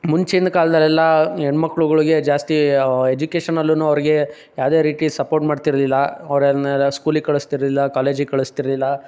ಮುಂಚಿನ ಕಾಲದಲ್ಲೆಲ್ಲ ಹೆಣ್ಮಕ್ಳುಗಳಿಗೆ ಜಾಸ್ತಿ ಎಜುಕೇಷನಲ್ಲೂ ಅವ್ರಿಗೆ ಯಾವುದೇ ರೀತಿ ಸಪೋರ್ಟ್ ಮಾಡ್ತಿರಲಿಲ್ಲ ಅವರನ್ನೆಲ್ಲ ಸ್ಕೂಲಿಗೆ ಕಳಸ್ತಿರಲಿಲ್ಲ ಕಾಲೇಜಿಗೆ ಕಳಸ್ತಿರಲಿಲ್ಲ